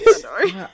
Sorry